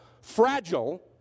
fragile